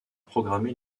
programmé